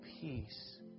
peace